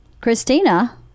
Christina